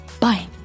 Bye